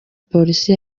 polisi